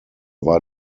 war